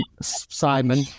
Simon